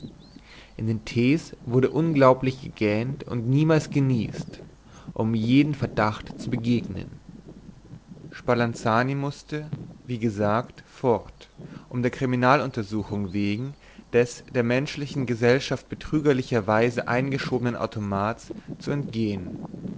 in den tees wurde unglaublich gegähnt und niemals genieset um jedem verdacht zu begegnen spalanzani mußte wie gesagt fort um der kriminaluntersuchung wegen der menschlichen gesellschaft betrüglicherweise eingeschobenen automats zu entgehen